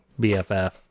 BFF